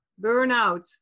burnout